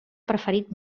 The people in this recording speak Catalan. preferit